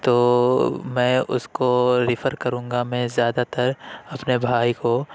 تو میں اس کو ریفر کروں گا میں زیادہ تر اپنے بھائی کو